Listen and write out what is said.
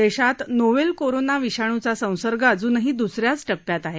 देशात novel corona विषाणूचा संसर्ग अजूनही दुसऱ्यात टप्प्यात आहे